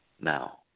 Now